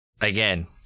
Again